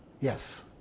yes